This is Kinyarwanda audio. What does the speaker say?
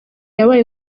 yabaye